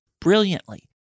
brilliantly